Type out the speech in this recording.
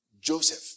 Joseph